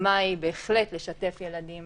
המגמה היא בהחלט לשתף ילדים